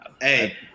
Hey